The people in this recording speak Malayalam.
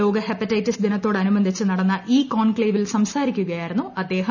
ലോക ഹെപ്പറ്റൈറ്റിസ് ദിനത്തോടനുബന്ധിച്ച് നടന്ന ഇ കോൺക്ലേവിൽ സംസാരിക്കുകയായിരുന്നു അദ്ദേഹം